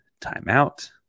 timeout